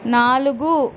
నాలుగు